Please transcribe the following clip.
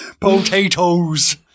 Potatoes